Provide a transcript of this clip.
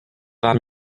vám